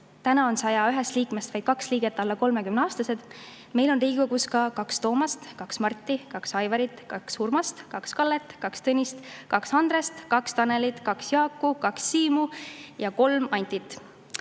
Praegu on 101 liikmest vaid kaks liiget alla 30-aastased. Meil on Riigikogus ka kaks Toomast, kaks Marti, kaks Aivarit, kaks Urmast, kaks Kallet, kaks Tõnist, kaks Andrest, kaks Tanelit, kaks Jaaku, kaks Siimu ja kolm Antit.